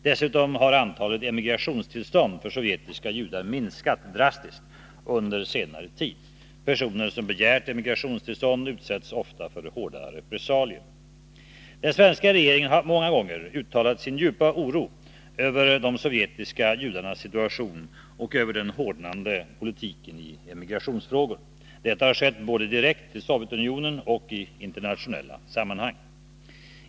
Dessutom har antalet emigrationstillstånd för sovjetiska judar minskat drastiskt under senare tid. Personer som begärt emigrationstillstånd utsätts ofta för hårda repressalier. Den svenska regeringen har många gånger uttalat sin djupa oro över de sovjetiska judarnas situation och över den hårdnande politiken i emigrationsfrågor. Detta har skett både direkt till Sovjetunionen och i internationella sammanhang.